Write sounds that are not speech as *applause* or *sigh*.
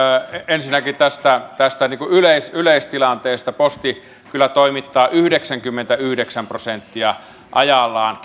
ensinnäkin tästä yleistilanteesta posti kyllä toimittaa kirjeistä yhdeksänkymmentäyhdeksän prosenttia ajallaan *unintelligible*